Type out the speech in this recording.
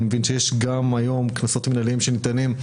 אני מבין שיש גם היום קנסות מנהליים שניתנים,